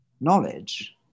knowledge